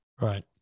Right